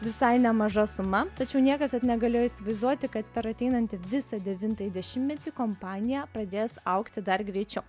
visai nemaža suma tačiau niekas net negalėjo įsivaizduoti kad per ateinantį visą devintąjį dešimtmetį kompanija pradės augti dar greičiau